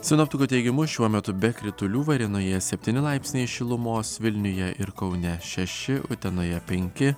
sinoptikų teigimu šiuo metu be kritulių varėnoje septyni laipsniai šilumos vilniuje ir kaune šeši utenoje penki